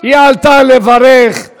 היא רק שכחה שהיא בדברי ברכה עכשיו.